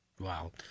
Wow